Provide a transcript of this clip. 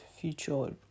future